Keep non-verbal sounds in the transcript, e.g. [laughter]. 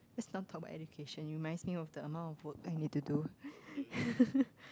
please don't talk about education it reminds me of the amount of work I need to do [laughs]